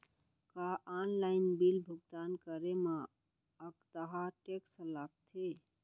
का online bill भुगतान करे मा अक्तहा टेक्स लगथे?